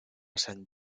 sant